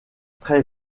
très